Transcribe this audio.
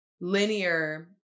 linear